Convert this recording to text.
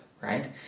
right